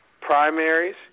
primaries